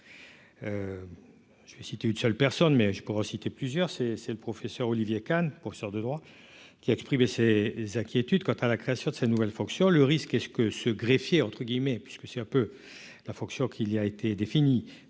Je vais citer une seule personne mais je pourrais citer plusieurs c'est c'est le professeur Olivier Kahn, professeur de droit, qui a exprimé ses inquiétudes quant à la création de ses nouvelles fonctions le risque est-ce que ce greffier, entre guillemets, puisque c'est un peu la fonction qu'il y a été défini